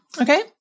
okay